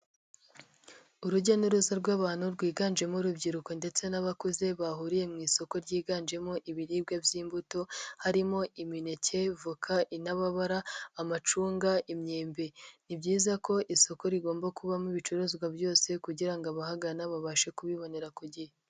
Urujya n'uruza rw'abantu rwiganjemo urubyiruko ndetse n'abakuze bahuriye mu isoko ryiganjemo ibiribwa by'imbuto harimo: imineke, voka, inababara, amacunga, imyembe. Ni byiza ko isoko rigomba kubamo ibicuruzwa byose kugira ngo abahagana babashe kubibonera ku gihe.